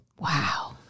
wow